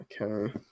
okay